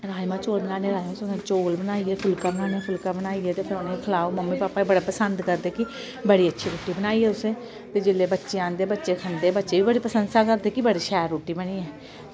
राजमां चौल बनाने राजमां चौल बनाइयै फुल्का बनाने फुल्का बनाइयै ते फिर उनेगी खलाओ मम्मी पापा बड़ा पसंद करदे कि बड़ी अच्छी रुट्टी बनाई ऐ तुसें ते जेल्लै बच्चे आंदे बच्चे खंदे बच्चे बी बड़ी प्रशंसा करदे कि बड़ी शैल रुट्टी बनी ऐ